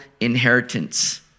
inheritance